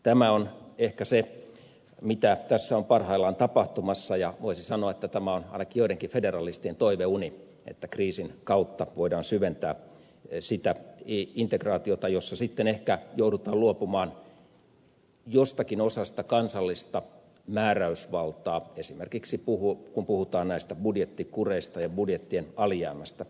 tämä on ehkä se mitä tässä on parhaillaan tapahtumassa ja voisi sanoa että tämä on ainakin joidenkin federalistien toiveuni että kriisin kautta voidaan syventää sitä integraatiota jossa sitten ehkä joudutaan luopumaan jostakin osasta kansallista määräysvaltaa esimerkiksi kun puhutaan näistä budjettikureista ja budjettien alijäämästä